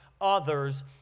Others